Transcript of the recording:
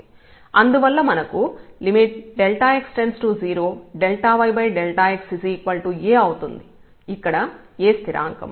అందువల్ల మనకు x→0⁡yx A అవుతుంది ఇక్కడ A స్థిరాంకం